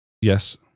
yes